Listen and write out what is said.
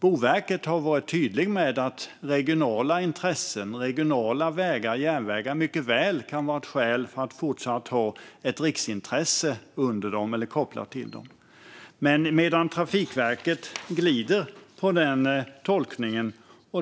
Boverket har varit tydligt med att det mycket väl kan finnas skäl att fortsatt ha riksintressen kopplade till regionala intressen - regionala vägar och järnvägar - medan Trafikverket glider på den tolkningen.